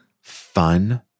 Fun